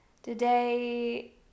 Today